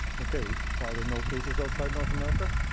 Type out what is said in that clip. okay, are there no cases outside north america?